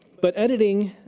but editing.